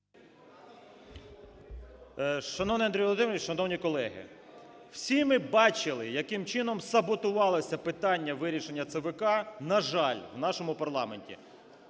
Шановний Андрій Володимирович, шановні колеги, всі ми бачили, яким чином саботувалося питання вирішення ЦВК, на жаль, в нашому парламенті.